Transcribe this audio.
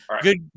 good